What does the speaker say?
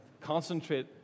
Concentrate